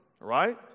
right